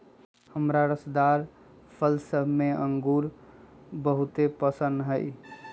हमरा रसदार फल सभ में इंगूर बहुरे पशिन्न हइ